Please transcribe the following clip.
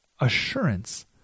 assurance